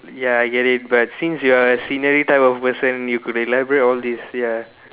ya I get it but since you're a scenery type of person you could elaborate all this ya